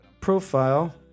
profile